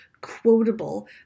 quotable